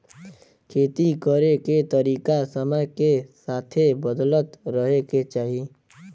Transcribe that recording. खेती करे के तरीका समय के साथे बदलत रहे के चाही